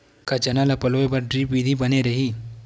का चना ल पलोय बर ड्रिप विधी बने रही?